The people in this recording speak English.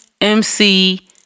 mc